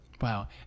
Wow